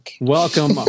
Welcome